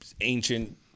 ancient